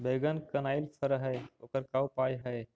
बैगन कनाइल फर है ओकर का उपाय है?